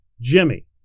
Jimmy